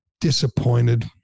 disappointed